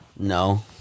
No